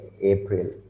April